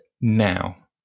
now